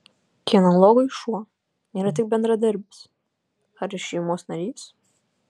kinologui šuo yra tik bendradarbis ar ir šeimos narys